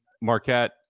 Marquette